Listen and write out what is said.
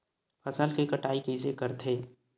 फसल के कटाई कइसे करथे?